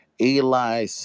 Eli